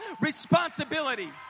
responsibility